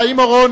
חיים אורון,